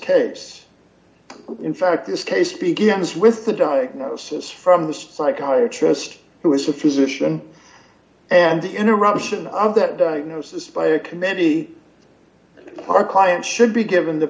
case in fact this case begins with the diagnosis from the spike higher trust who is a physician and the interruption of that diagnosis by a committee our client should be given the